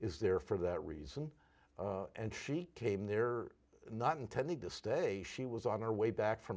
is there for that reason and she came there not intending to stay she was on our way back from